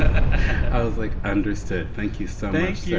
i was like, understood. thank you so much, yeah